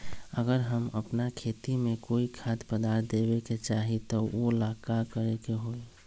अगर हम अपना खेती में कोइ खाद्य पदार्थ देबे के चाही त वो ला का करे के होई?